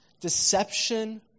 Deception